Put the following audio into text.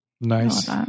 Nice